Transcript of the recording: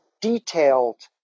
detailed